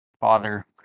father